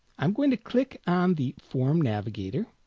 i'm going to click on the form navigator